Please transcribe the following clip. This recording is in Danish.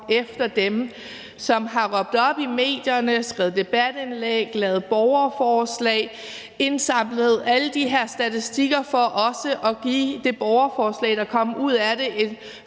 efter dem, og som har råbt op i medierne, skrevet debatindlæg, lavet borgerforslag og indsamlet alle de her statistikker for også at give det borgerforslag, der kom ud af det, en